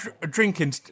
drinking